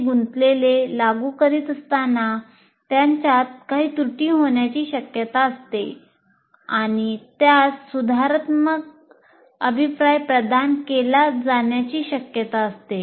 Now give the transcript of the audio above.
ते गुंतलेले लागू करीत असताना त्यांच्यात काही त्रुटी होण्याची शक्यता असते आणि त्यास सुधारणात्मक अभिप्राय प्रदान केले जाण्याची शक्यता असते